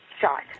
shot